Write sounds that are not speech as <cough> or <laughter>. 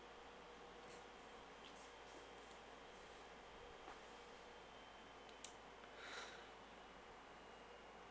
<breath>